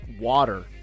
water